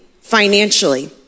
financially